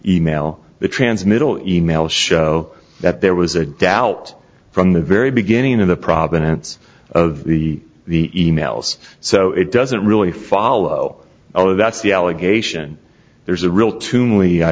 e mail the transmittal e mails show that there was a doubt from the very beginning of the provenance of the the e mails so it doesn't really follow oh that's the allegation there's a real to me i